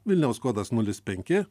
vilniaus kodas nulis penki